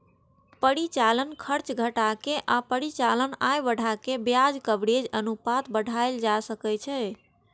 परिचालन खर्च घटा के आ परिचालन आय बढ़ा कें ब्याज कवरेज अनुपात बढ़ाएल जा सकै छै